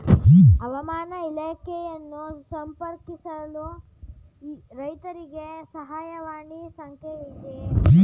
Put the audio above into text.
ಹವಾಮಾನ ಇಲಾಖೆಯನ್ನು ಸಂಪರ್ಕಿಸಲು ರೈತರಿಗೆ ಸಹಾಯವಾಣಿ ಸಂಖ್ಯೆ ಇದೆಯೇ?